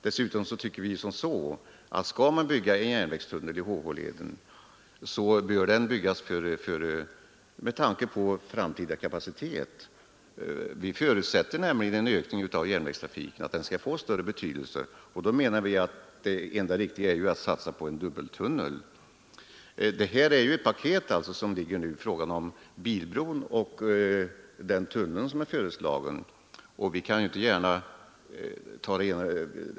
Dessutom tycker vi som så, att skall man bygga en järnvägstunnel i HH-leden bör den byggas med tanke på framtida kapacitetsbehov. Vi förutsätter nämligen att järnvägstrafiken skall få ökad betydelse, och därför menar vi att det enda riktiga är att satsa på en dubbeltunnel. Det är ju ett paket som ligger framför oss nu, och det innefattar både bilbron och den tunnel som är föreslagen.